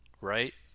right